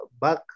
back